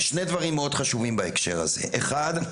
שני דברים מאוד חשובים בהקשר הזה, אחד,